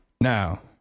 Now